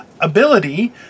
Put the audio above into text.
ability